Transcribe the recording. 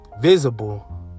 visible